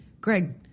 Greg